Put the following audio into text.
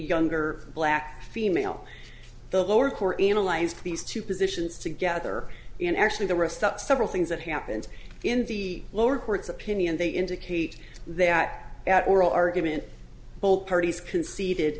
younger black female the lower corps analyzed these two positions together and actually the rest are several things that happened in the lower court's opinion they indicate that at oral argument both parties conceded